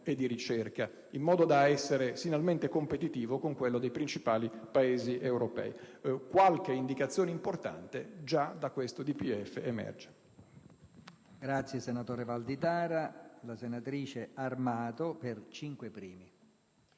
e di ricerca in modo che sia finalmente competitivo con quello dei principali Paesi europei. Qualche indicazione importante emerge